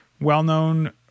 well-known